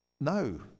no